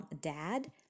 Dad